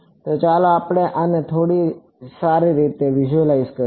તો ચાલો આપણે આને થોડી સારી રીતે વિઝ્યુઅલાઈઝ કરીએ